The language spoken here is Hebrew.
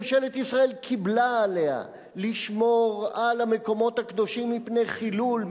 ממשלת ישראל קיבלה עליה לשמור על המקומות הקדושים מפני חילול,